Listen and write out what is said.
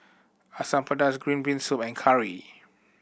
Asam Pedas green bean soup and curry